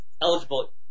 eligible